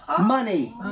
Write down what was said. money